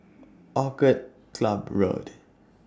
Orchid Club Road